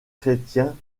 chrétiens